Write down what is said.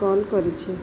call କରିଛି